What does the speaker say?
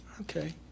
Okay